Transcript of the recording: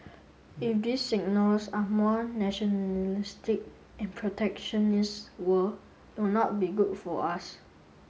if this signals are more nationalistic and protectionist world it will not be good for us